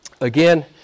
again